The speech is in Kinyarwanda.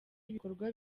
ibikorwa